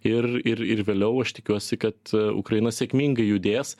ir ir ir vėliau aš tikiuosi kad ukraina sėkmingai judės